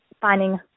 finding